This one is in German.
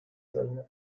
wellness